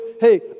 hey